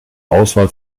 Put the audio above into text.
auswahl